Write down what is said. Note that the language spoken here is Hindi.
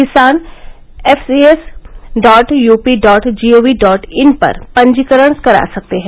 किसान FCS dot UP dot G O V dot in पर पंजीकरण करा सकते हैं